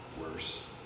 worse